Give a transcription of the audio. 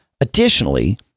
Additionally